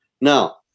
Now